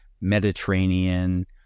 Mediterranean